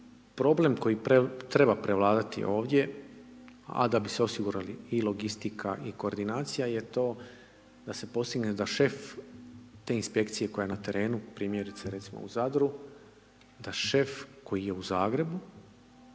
Problem koji treba prevladati ovdje, a da bi se osigurali i logistika i koordinacija je to da se postigne da šef te Inspekcije koja je na terenu, primjerice recimo u Zadru, da šef koji je u Zagrebu,